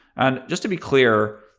and just to be clear,